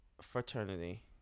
Fraternity